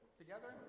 together